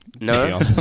No